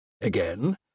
Again